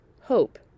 hope